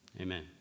Amen